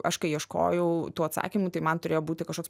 aš kai ieškojau tų atsakymų tai man turėjo būti kažkoks